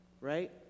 right